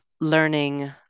learning